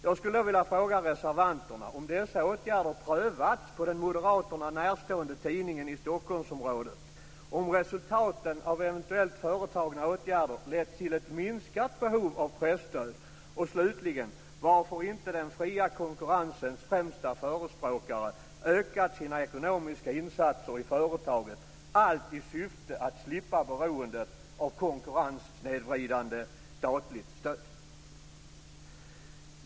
Jag skulle då vilja fråga reservanterna om dessa åtgärder prövats på den Moderaterna närstående tidningen i Stockholmsområdet, om resultaten av eventuellt företagna åtgärder lett till ett minskat behov av presstöd och slutligen varför inte den fria konkurrensens främsta förespråkare ökat sina ekonomiska insatser i företaget; allt i syfte att slippa beroendet av konkurrenssnedvridande statligt stöd.